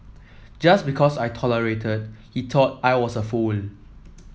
just because I tolerated he thought I was a fool